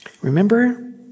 Remember